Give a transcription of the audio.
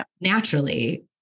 naturally